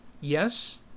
Yes